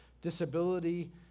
disability